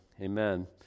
Amen